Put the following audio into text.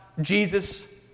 Jesus